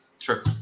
Sure